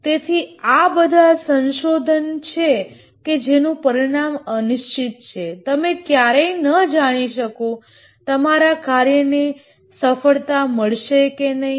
તેથી આ બધા સંશોધન છે કે જેનું પરિણામ અનિશ્ચિત છે તમે ક્યારેય ન જાણી શકો તમારા કાર્યને સફળતા મળશે કે નહીં